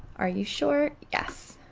are you sure, yes,